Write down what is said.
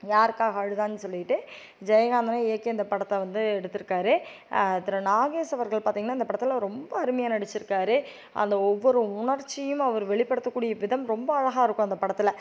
யாருக்காக அழுதான்னு சொல்லிட்டு ஜெயகாந்தனே இயக்கி அந்த படத்தை வந்து எடுத்துருக்காரு திரு நாகேஸ் அவர்கள் பார்த்திங்கனா இந்த படத்தில் ரொம்ப அருமையாக நடிச்சிருக்காரு அந்த ஒவ்வொரு உணர்ச்சியும் அவர் வெளிப்படுத்தக்கூடிய விதம் ரொம்ப அழகாக இருக்கும் அந்த படத்தில்